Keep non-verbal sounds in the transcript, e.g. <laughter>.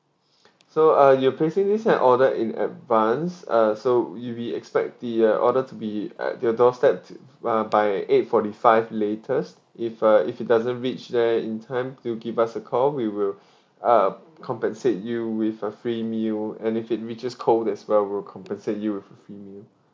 <breath> so uh you're placing this an order in advance uh so you'll be expect the uh order to be at your doorstep t~ uh by eight forty five latest if uh if it doesn't reach there in time do give us a call we will <breath> uh compensate you with a free meal and if it reaches cold as well we'll compensate you with a free meal